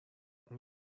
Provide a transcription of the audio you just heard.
اون